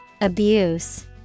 Abuse